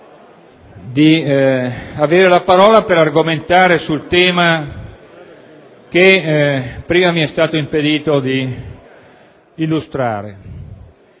della parola per argomentare sul tema che prima mi è stato impedito di illustrare.